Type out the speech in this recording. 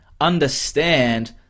understand